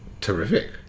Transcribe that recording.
Terrific